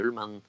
men